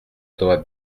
doit